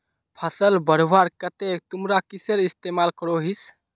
फसल बढ़वार केते तुमरा किसेर इस्तेमाल करोहिस?